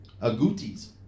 Agoutis